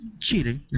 cheating